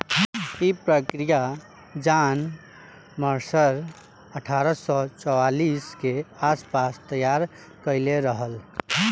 इ प्रक्रिया John Mercer अठारह सौ चौवालीस के आस पास तईयार कईले रहल